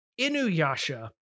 Inuyasha